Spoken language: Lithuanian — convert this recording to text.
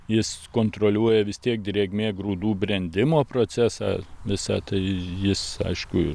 jis kontroliuoja vis tiek drėgmė grūdų brendimo procesą visa tai jis aišku